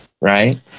Right